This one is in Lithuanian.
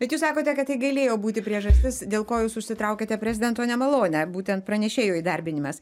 bet jūs sakote kad tai galėjo būti priežastis dėl ko jūs užsitraukėte prezidento nemalonę būtent pranešėjo įdarbinimas